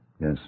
Yes